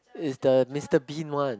is the Mister Bean one